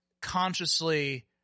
consciously